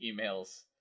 emails